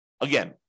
Again